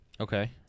Okay